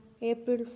April